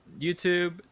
YouTube